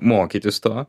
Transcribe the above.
mokytis to